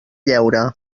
lleure